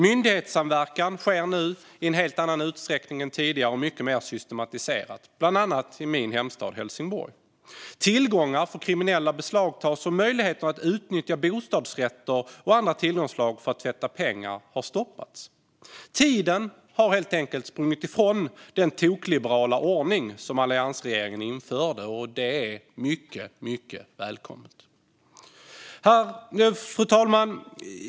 Myndighetssamverkan sker nu i en helt annan uträckning än tidigare och är mycket mer systematiserad, bland annat i min hemstad Helsingborg. Tillgångar för kriminella beslagtas, och möjligheter att utnyttja bostadsrätter och andra tillgångsslag för att tvätta pengar har stoppats. Tiden har helt enkelt sprungit ifrån den tokliberala ordning som alliansregeringen införde, och det är mycket välkommet. Fru talman!